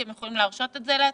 כי הן יכולות להרשות את זה לעצמן,